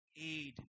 aid